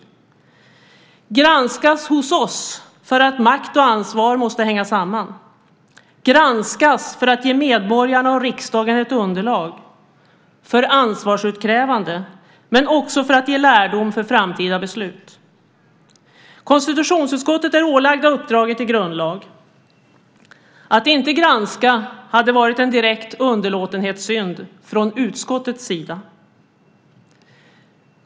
Den måste granskas hos oss därför att makt och ansvar måste hänga samman, granskas för att ge medborgarna och riksdagen ett underlag för ansvarsutkrävande men också för att ge lärdom för framtida beslut. Konstitutionsutskottet är ålagt uppdraget i grundlag. Att inte granska hade varit en direkt underlåtenhetssynd från utskottets sida.